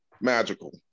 magical